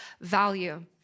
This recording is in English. value